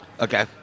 Okay